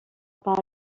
pas